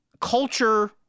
culture